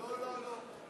לא יעזור לכם.